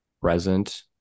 present